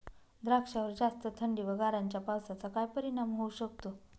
द्राक्षावर जास्त थंडी व गारांच्या पावसाचा काय परिणाम होऊ शकतो?